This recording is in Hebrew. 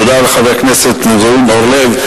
תודה לחבר הכנסת זבולון אורלב.